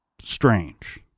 strange